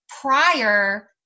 prior